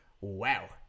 wow